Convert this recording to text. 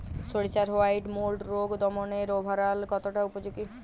সরিষার white mould রোগ দমনে রোভরাল কতটা উপযোগী?